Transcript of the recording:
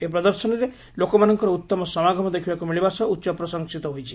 ଏହି ପ୍ରଦର୍ଶନୀରେ ଲୋକମାନଙ୍କର ଉତ୍ତମ ସମାଗମ ଦେଖିବାକୁ ମିଳିବା ସହ ଉଚ୍ଚ ପ୍ରଶଂସିତ ହୋଇଛି